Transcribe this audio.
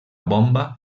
bomba